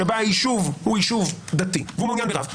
שבה היישוב הוא יישוב דתי והוא מעוניין ברב,